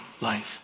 life